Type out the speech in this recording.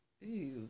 Ew